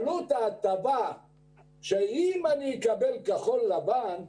עלות האבטלה אם אקבל כחול לבן,